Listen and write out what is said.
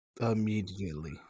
Immediately